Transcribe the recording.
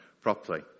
properly